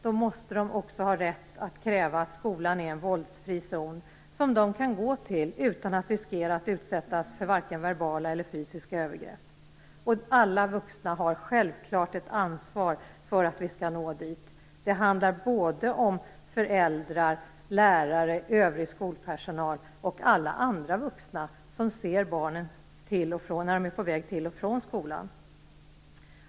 Då måste de också ha rätt att kräva att skolan är en våldsfri zon som de kan gå till utan att riskera att utsättas för vare sig verbala eller fysiska övergrepp. Alla vuxna har självfallet ett ansvar för att vi når dit. Det handlar både om föräldrar, lärare, övrig skolpersonal och alla andra vuxna som ser barnen när de är på väg till och från skolan.